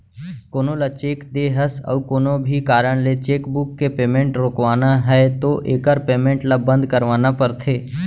कोनो ल चेक दे हस अउ कोनो भी कारन ले चेकबूक के पेमेंट रोकवाना है तो एकर पेमेंट ल बंद करवाना परथे